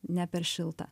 ne per šilta